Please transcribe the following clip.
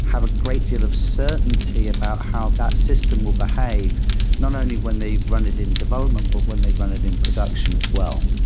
have a great deal of certainty about how that system will behave not only when they run it in development, but when they run it in production as well.